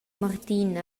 martin